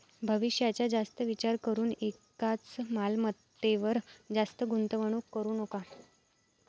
भविष्याचा जास्त विचार करून एकाच मालमत्तेवर जास्त गुंतवणूक करू नका